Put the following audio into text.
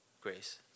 grace